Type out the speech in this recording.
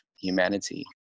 humanity